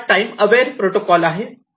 हा time aware protocol आहे